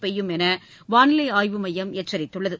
பெய்யும் என்று வானிலை ஆய்வுமையம் எச்சரித்துள்ளது